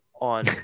on